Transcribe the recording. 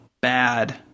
bad